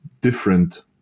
different